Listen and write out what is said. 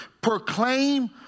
proclaim